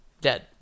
dead